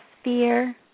sphere